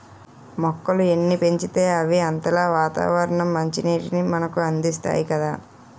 మొక్కలు ఎన్ని పెంచితే అవి అంతలా వాతావరణ మంచినీటిని మనకు అందిస్తాయి కదా